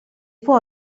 può